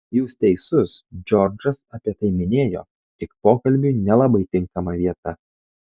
jūs teisus džordžas apie tai minėjo tik pokalbiui nelabai tinkama vieta